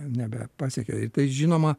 nebepasiekia ir tai žinoma